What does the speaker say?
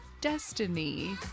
destiny